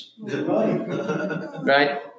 right